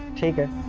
take a